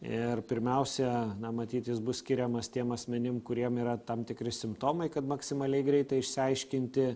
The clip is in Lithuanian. ir pirmiausia matyt jis bus skiriamas tiem asmenim kuriem yra tam tikri simptomai kad maksimaliai greitai išsiaiškinti